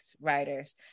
writers